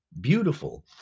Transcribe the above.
beautiful